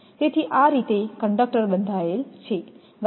તેથી આ રીતે કંડક્ટર બંધાયેલ છે બરાબર